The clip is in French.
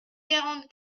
quarante